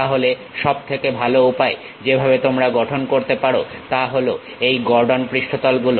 তাহলে সব থেকে ভালো উপায় যেভাবে তোমরা গঠন করতে পারো তা হলো এই গর্ডন পৃষ্ঠতল গুলো